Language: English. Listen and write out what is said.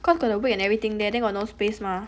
cause got wake and everything there then got no space mah